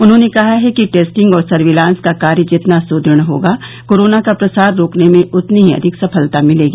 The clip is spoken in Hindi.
उन्होंने कहा है कि टेस्टिंग और सर्विलांस का कार्य जितना सुदृढ़ होगा कोरोना का प्रसार रोकने में उतनी ही अधिक सफलता मिलेगी